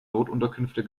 notunterkünfte